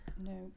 No